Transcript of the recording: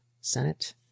Senate